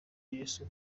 yesu